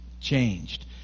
changed